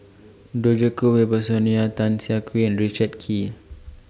Djoko Wibisono Tan Siah Kwee and Richard Kee